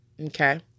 Okay